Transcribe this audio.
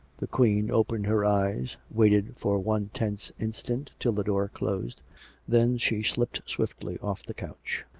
the queen opened her eyes, waited for one tense instant till the door closed then she slipped swiftly off the couch.